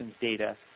data